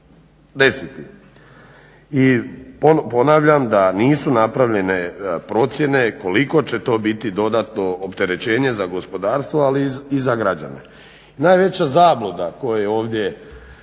desiti. I ponavljam da nisu napravljene procjene koliko će to biti dodatno opterećenje za gospodarstvo ali i za građane. Najveća zabluda koje ovdje